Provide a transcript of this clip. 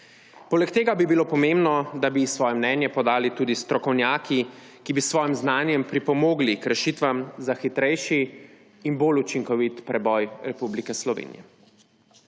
Poleg tega bi bilo pomembno, da bi svoje mnenje podali tudi strokovnjaki, ki bi s svojim znanjem pripomogli k rešitvam za hitrejši in bolj učinkovit preboj Republike Slovenije.